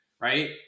right